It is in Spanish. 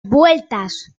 vueltas